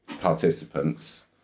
participants